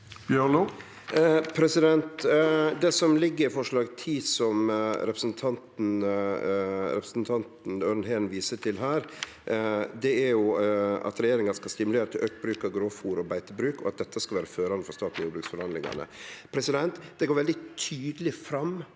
Det som ligg i forslag nr. 10, som representanten Øren Heen viser til, er at regjeringa skal «stimulere til økt bruk av grovfôr og beitebruk, og at dette skal være førende for staten i jordbruksforhandlingene». Det går veldig tydeleg fram